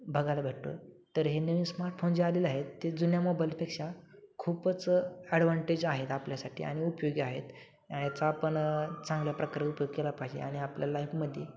बघायला भेटतो तर हे नवीन स्मार्टफोन जे आलेलं आहे ते जुन्या मोबाईलपेक्षा खूपच ॲडवांटेज आहेत आपल्यासाठी आणि उपयोगी आहेत याचा पण चांगल्या प्रकारे उपयोग केला पाहिजे आणि आपल्या लाईफमध्ये